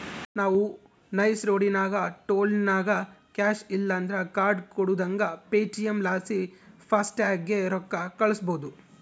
ನಾವು ನೈಸ್ ರೋಡಿನಾಗ ಟೋಲ್ನಾಗ ಕ್ಯಾಶ್ ಇಲ್ಲಂದ್ರ ಕಾರ್ಡ್ ಕೊಡುದಂಗ ಪೇಟಿಎಂ ಲಾಸಿ ಫಾಸ್ಟಾಗ್ಗೆ ರೊಕ್ಕ ಕಳ್ಸ್ಬಹುದು